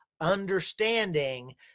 understanding